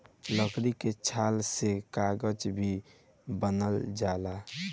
लकड़ी के छाल से कागज भी बनावल जाला